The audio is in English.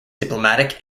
diplomatic